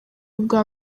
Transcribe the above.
ubwa